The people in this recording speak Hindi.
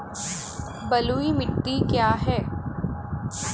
बलुई मिट्टी क्या है?